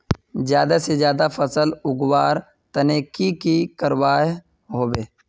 ज्यादा से ज्यादा फसल उगवार तने की की करबय होबे?